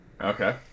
Okay